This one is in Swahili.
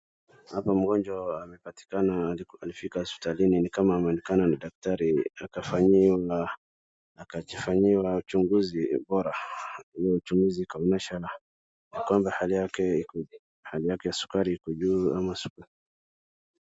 Hapa mgonjwa amepatikana alikuwa amefika hospitalini nikama ameonekana na daktari akafanyiwa uchunguzi bora, hiyo uchunguzi ikaonyesha hali yake ya sukari iko juu ama.